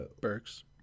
Burks